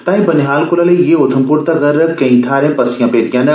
ताईं बनिहाल कोला लेइयै उधमपुर तगर केई थाहरे पस्सियां पेदियां न